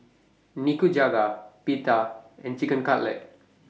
Nikujaga Pita and Chicken Cutlet